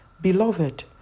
beloved